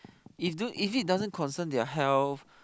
is do is it doesn't concern their health